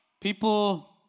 People